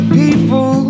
people